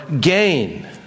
gain